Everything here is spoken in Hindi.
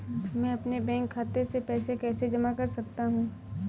मैं अपने बैंक खाते में पैसे कैसे जमा कर सकता हूँ?